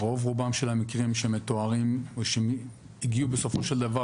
רוב רובם של המקרים שמתוארים ושהגיעו בסופו של דבר